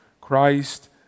Christ